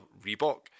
Reebok